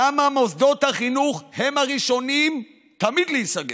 למה מוסדות החינוך הם הראשונים תמיד להיסגר.